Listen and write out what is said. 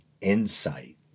insight